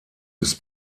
ist